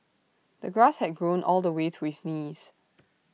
the grass had grown all the way to his knees